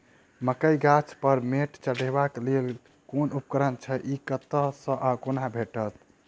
मकई गाछ पर मैंट चढ़ेबाक लेल केँ उपकरण छै? ई कतह सऽ आ कोना भेटत?